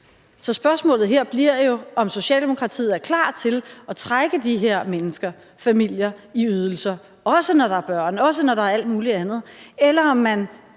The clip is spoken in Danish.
Så spørgsmålet her bliver jo, om Socialdemokratiet er klar til at trække de her mennesker – familier – i ydelser, også når der er børn, og også når der er alt mulig andet, eller om man,